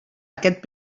aquest